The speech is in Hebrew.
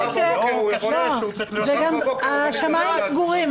אבל זה לא קשה שהוא צריך --- גם השמיים סגורים,